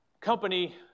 company